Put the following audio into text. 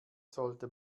sollte